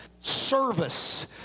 service